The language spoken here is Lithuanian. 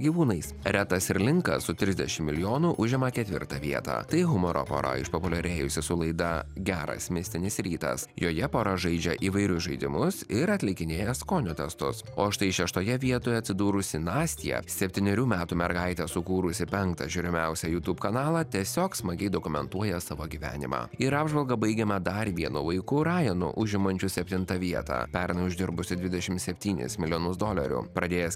gyvūnais retas ir linka su trisdešim milijonų užima ketvirtą vietą tai humoro pora išpopuliarėjusi su laida geras mistinis rytas joje pora žaidžia įvairius žaidimus ir atlikinėja skonio testus o štai šeštoje vietoj atsidūrusi nastija septynerių metų mergaitė sukūrusi penktą žiūrimiausią youtube kanalą tiesiog smagiai dokumentuoja savo gyvenimą ir apžvalgą baigiame dar vienu vaiku rajanu užimančiu septintą vietą pernai uždirbusiu dvidešim septynis milijonus dolerių pradėjęs